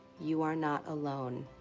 you are not alone.